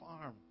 farm